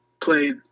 played